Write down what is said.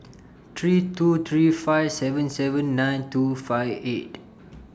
three two three five seven seven nine two five eight